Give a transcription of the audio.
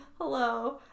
Hello